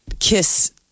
Kiss